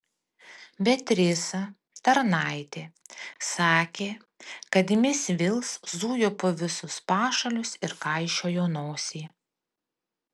beatrisa tarnaitė sakė kad mis vils zujo po visus pašalius ir kaišiojo nosį